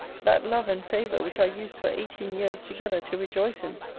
that love and favour, which i used for eighteen years together to rejoice in,